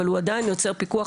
אבל הוא עדיין יוצר פיקוח